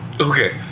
Okay